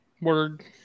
word